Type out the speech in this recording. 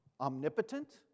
omnipotent